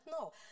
no